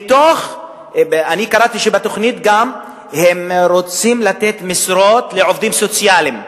אני קראתי שבתוכנית הם גם רוצים לתת משרות לעובדים סוציאליים.